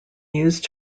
used